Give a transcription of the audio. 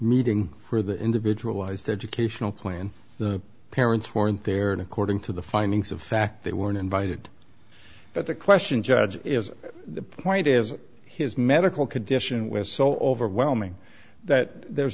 meeting for the individualized educational plan the parents weren't there and according to the findings of fact they weren't invited but the question judge is the point is his medical condition was so overwhelming that there